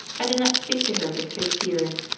i did not speak to her for six years,